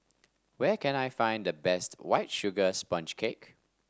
where can I find the best White Sugar Sponge Cake